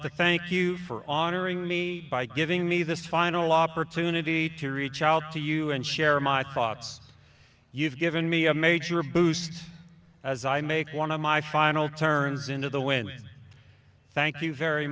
to thank you for on are ing me by giving me this final opportunity to reach out to you and share my thoughts you've given me a major boost as i make one of my final turns into the wind thank you very